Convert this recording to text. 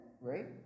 right